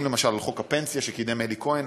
למשל על חוק הפנסיה שקידם אלי כהן,